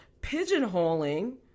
pigeonholing